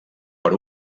per